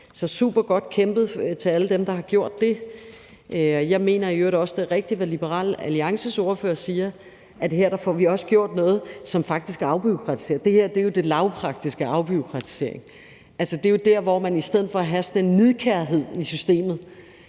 er supergodt kæmpet af alle dem, der har gjort det. Jeg mener i øvrigt også, at det er rigtigt, hvad Liberal Alliances ordfører siger, nemlig at her får vi også gjort noget, som faktisk afbureaukratiserer; det her er jo den lavpraktiske afbureaukratisering. Altså, det er jo der, hvor man i stedet for at have sådan en nidkærhed i systemet